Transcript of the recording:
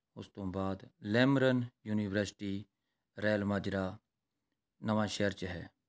ਉਸ ਤੋਂ ਬਾਅਦ ਲੈਮਰਨ ਯੂਨੀਵਰਸਿਟੀ ਰੈਲ ਮਾਜਰਾ ਨਵਾਂਸ਼ਹਿਰ 'ਚ ਹੈ